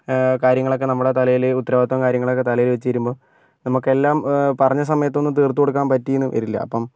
കാര്യങ്ങളൊക്കെ നമ്മുടെ തലയിൽ ഉത്തരവാദിത്വവും കാര്യങ്ങളും തലയിൽ വെച്ച് തരുമ്പോൾ നമുക്ക് എല്ലാം പറഞ്ഞ സമയത്തൊന്നും തീർത്തു കൊടുക്കാൻ പറ്റിയെന്നു വരില്ല അപ്പം